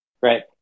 right